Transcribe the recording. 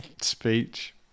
speech